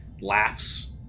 laughs